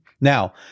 Now